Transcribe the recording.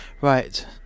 Right